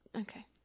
okay